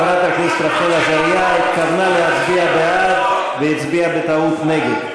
חברת הכנסת רחל עזריה התכוונה להצביע בעד והצביעה בטעות נגד.